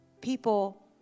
people